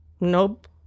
Nope